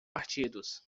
partidos